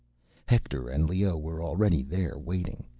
hector and leoh were already there, waiting.